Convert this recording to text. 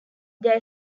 there